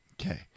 Okay